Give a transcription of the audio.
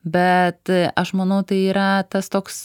bet aš manau tai yra tas toks